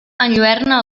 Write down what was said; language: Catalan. enlluerna